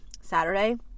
Saturday